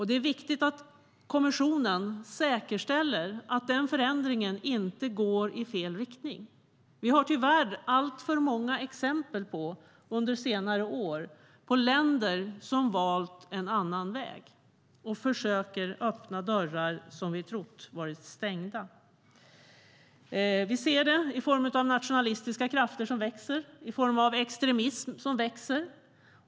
Det är viktigt att kommissionen säkerställer att den förändringen inte går i fel riktning. Vi har under senare år tyvärr alltför många exempel på länder som valt en annan väg och försöker öppna dörrar som vi trott varit stängda. Vi ser det i form av nationalistiska krafter som växer och i form av extremism som växer.